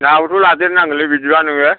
नाबोथ' लादेरनांगोनलै बिदिब्ला नोङो